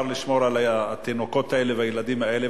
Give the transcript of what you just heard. לשמור על התינוקות האלה והילדים האלה,